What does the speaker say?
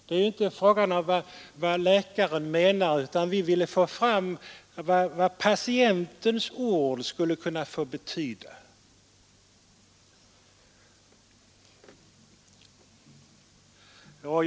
Det är inte fråga om vad läkaren menar, utan vi ville få fram vad patientens vilja skulle kunna få betyda i sammanhanget.